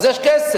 אז יש כסף.